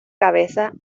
cabeza